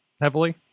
heavily